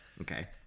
Okay